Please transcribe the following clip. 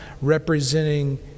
representing